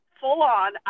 full-on